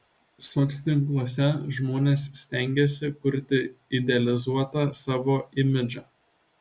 soctinkluose žmonės stengiasi kurti idealizuotą savo imidžą